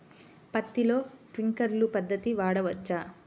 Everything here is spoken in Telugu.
పత్తిలో ట్వింక్లర్ పద్ధతి వాడవచ్చా?